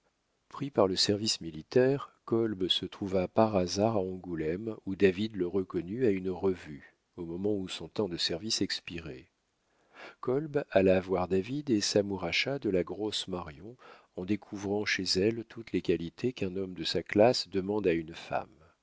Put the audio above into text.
pris par le service militaire kolb se trouva par hasard à angoulême où david le reconnut à une revue au moment où son temps de service expirait kolb alla voir david et s'amouracha de la grosse marion en découvrant chez elle toutes les qualités qu'un homme de sa classe demande à une femme